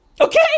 Okay